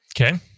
Okay